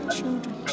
Children